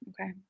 Okay